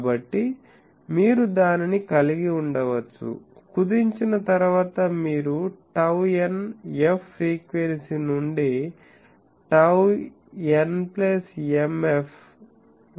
కాబట్టి మీరు దానిని కలిగి ఉండవచ్చు కుదించిన తరువాత మీరు టౌ n f ఫ్రీక్వెన్సీ నుండి టౌ n m f వరకు కలిగి ఉండవచ్చు